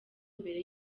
mbere